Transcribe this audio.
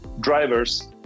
drivers